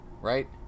right